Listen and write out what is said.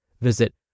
Visit